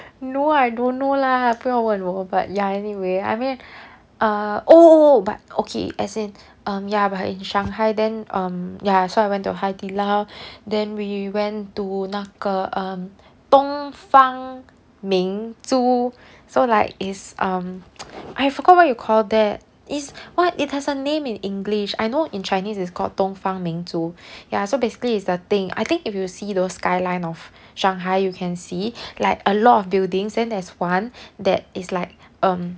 no I don't know lah 不要问我 but ya anyway I mean uh oh oh oh but okay as in um ya in shanghai then um ya so I went to hai di lao then we went to 那个 um 东方明珠 so like it's um I forgot what you call that is what it has a name in english I know in chinese it's called 东方明珠 ya so basically is the thing I think if you see those skyline of shanghai you can see like a lot of buildings then there's one that is like um